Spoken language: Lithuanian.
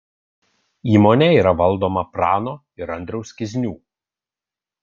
įmonė yra valdoma prano ir andriaus kiznių